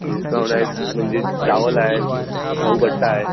discount आहे म्हणजे चावल आहे गहूकट्टा आहे